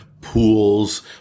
pools